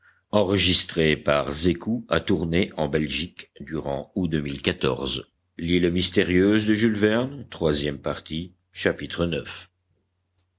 of l'île mystérieuse